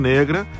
Negra